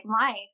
life